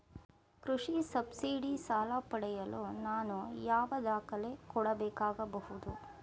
ಕೃಷಿ ಸಬ್ಸಿಡಿ ಸಾಲ ಪಡೆಯಲು ನಾನು ಯಾವ ದಾಖಲೆ ಕೊಡಬೇಕಾಗಬಹುದು?